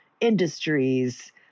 industries